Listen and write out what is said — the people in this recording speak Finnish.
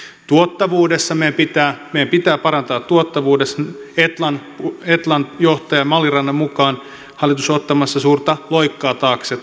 tuottavuudessa meidän pitää parantaa etlan etlan johtajan malirannan mukaan hallitus on ottamassa suurta loikkaa taakse